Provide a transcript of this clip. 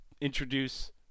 introduce